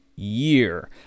year